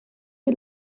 die